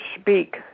speak